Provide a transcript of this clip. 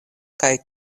kaj